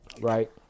right